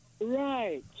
Right